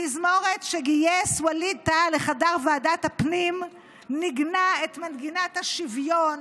התזמורת שגייס ווליד טאהא לחדר ועדת הפנים ניגנה את מנגינת השוויון,